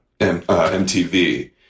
MTV